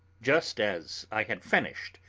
just as i had finished,